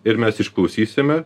ir mes išklausysime